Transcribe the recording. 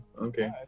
okay